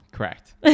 Correct